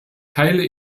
teile